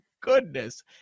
goodness